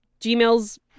Gmail's